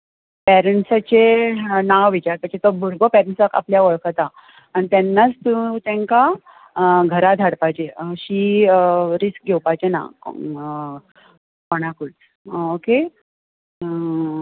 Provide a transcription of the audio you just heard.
पेरंट्साचें नांव विचारपाचें तो भुरगो पेरंट्साक आपल्या वळखता आनी तेन्नाच तूं तांकां घरा धाडपाचें अशी रिस्क घेवपाची ना कोणाकूय ओके